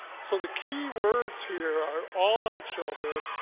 so the key words here are all our children.